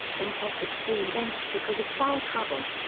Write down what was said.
imhoff was soon benched because of foul trouble.